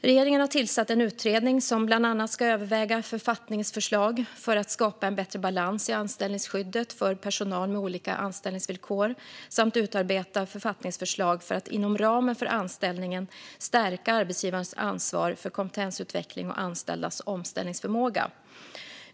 Regeringen har tillsatt en utredning som bland annat ska överväga författningsförslag för att skapa en bättre balans i anställningsskyddet för personal med olika anställningsvillkor samt utarbeta författningsförslag för att inom ramen för anställningen stärka arbetsgivarens ansvar för kompetensutveckling och anställdas omställningsförmåga.